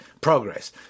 progress